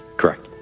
correct.